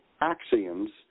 axioms